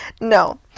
No